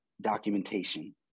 documentation